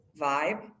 vibe